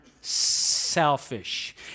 selfish